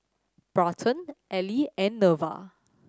Barton Ely and Neva